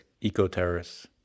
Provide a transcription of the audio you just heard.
Eco-terrorists